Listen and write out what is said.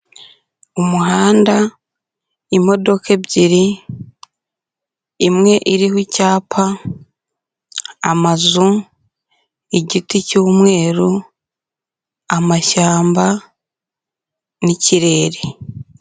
Umuhanda, imodoka ebyiri, imwe iriho icyapa, amazu, igiti cy'umweru, amashyamba n'ikirere.